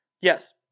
Yes